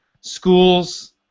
schools